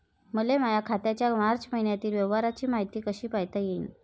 मले माया खात्याच्या मार्च मईन्यातील व्यवहाराची मायती कशी पायता येईन?